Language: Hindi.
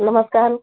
नमस्कार